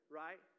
right